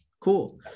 cool